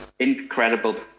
incredible